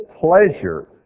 pleasure